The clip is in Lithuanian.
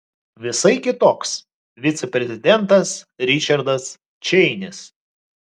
visai kitoks viceprezidentas ričardas čeinis